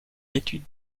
l’étude